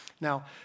Now